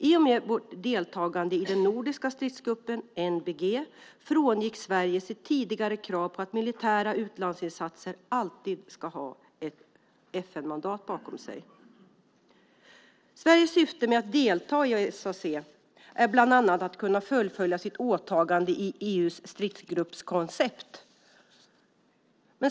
I och med vårt deltagande i den nordiska stridsgruppen, NBG, frångick Sverige sitt tidigare krav på att militära utlandsinsatser alltid ska ha ett FN-mandat bakom sig. Sveriges syfte med att delta i SAC är bland annat att kunna fullfölja sitt åtagande i EU:s stridsgruppskoncept.